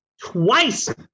twice